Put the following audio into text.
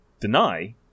deny